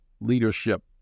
leadership